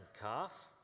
calf